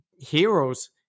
heroes